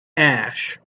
ash